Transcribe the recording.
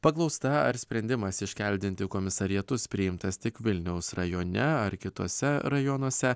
paklausta ar sprendimas iškeldinti komisariatus priimtas tik vilniaus rajone ar kituose rajonuose